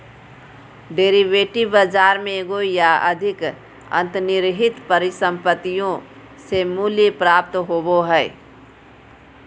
derivative बाजार में एगो या अधिक अंतर्निहित परिसंपत्तियों से मूल्य प्राप्त होबो हइ